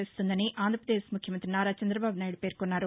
చేస్తుందని ఆంధ్రావదేశ్ ముఖ్యమంతి నారా చందబాబునాయుడు పేర్కొన్నారు